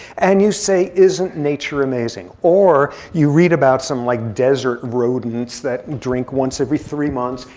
and you say, isn't nature amazing? or you read about some like desert rodents that drink once every three months,